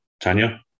Tanya